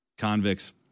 convicts